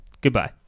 Goodbye